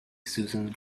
susan